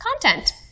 content